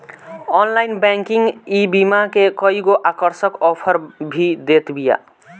online banking ईबीमा के कईगो आकर्षक आफर भी देत बिया